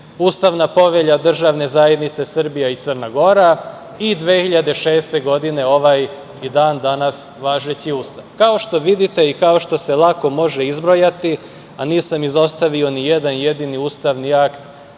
Ustavna povelja Državne zajednice Srbija i Crna Gora i 2006. godine ovaj i dan danas važeći Ustav. Kao što vidite i kao što se lako može izbrojati, a nisam izostavio nijedan jedini ustav, ni akt